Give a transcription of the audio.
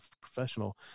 professional